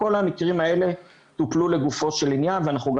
כל המקרים האלה טופלו לגופו של עניין ואנחנו גם